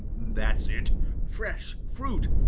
that's it fresh fruit!